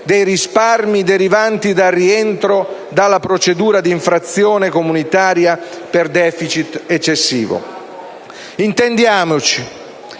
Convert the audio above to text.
dei risparmi derivanti dal rientro dalla procedura d'infrazione comunitaria per *deficit* eccessivo. Intendiamoci: